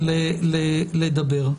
לדבר.